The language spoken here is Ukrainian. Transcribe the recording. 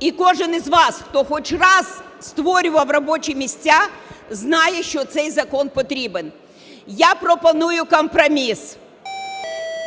і кожен із вас, хто хоч раз створював робочі місця, знає, що цей закон потрібен. Я пропоную компроміс.